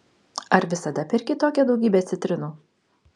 ar visada perki tokią daugybę citrinų